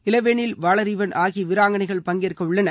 இளவேனில் வாளரிவன் ஆகிய வீராங்கனைகள் பங்கேற்கவுள்ளனர்